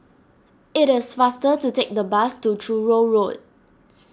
it is faster to take the bus to Truro Road